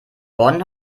bonn